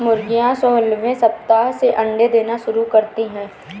मुर्गियां सोलहवें सप्ताह से अंडे देना शुरू करती है